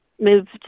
moved